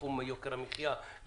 בתחום יוקר המחיה,